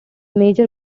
major